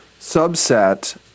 subset